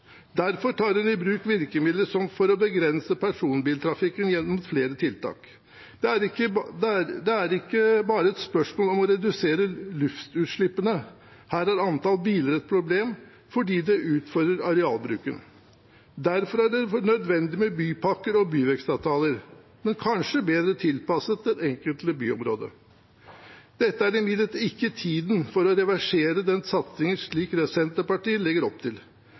Derfor tar en i bruk virkemidler for å begrense personbiltrafikken, gjennom flere tiltak. Det er ikke bare et spørsmål om å redusere luftutslippene. Her er antall biler et problem fordi det utfordrer arealbruken. Derfor er det nødvendig med bypakker og byvekstavtaler – men kanskje bedre tilpasset det enkelte byområdet. Dette er imidlertid ikke tiden for å reversere denne satsingen, slik Senterpartiet legger opp til.